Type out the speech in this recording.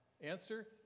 Answer